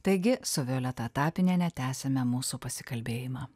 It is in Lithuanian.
taigi su violeta tapiniene tęsiame mūsų pasikalbėjimą